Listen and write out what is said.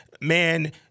man—